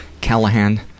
Callahan